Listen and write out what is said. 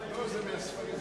בבקשה,